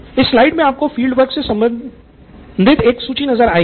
इस स्लाइड में आपको फील्ड वर्क के संदर्भ में एक सूची नज़र आएगी